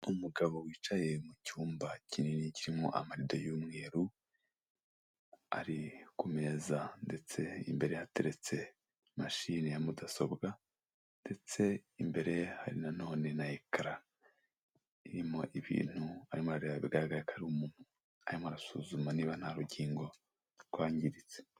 Umugabo wicaye mu cyumba kinini kirimo amarido y'umweru, ari ku meza ndetse imbere hateretse mashini ya mudasobwa, ndetse imbere ye hari nanone na ekara irimo ibintu arimo arareba, bigaragaza ko ari umuntu arimo arasuzuma niba nta rugingo rwangiritse.